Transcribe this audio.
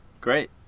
Great